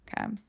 okay